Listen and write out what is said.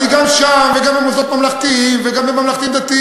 אני גם שם וגם במוסדות ממלכתיים וגם בממלכתיים-דתיים,